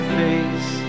face